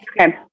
Okay